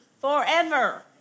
forever